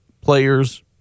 players